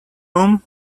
room